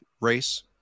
race